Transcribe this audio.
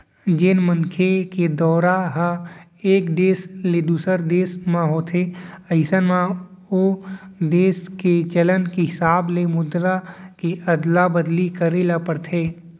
जेन मनखे के दौरा ह एक देस ले दूसर देस म होथे अइसन म ओ देस के चलन के हिसाब ले मुद्रा के अदला बदली करे बर परथे